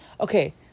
Okay